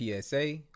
PSA